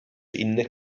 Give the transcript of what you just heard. innych